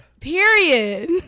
period